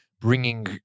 bringing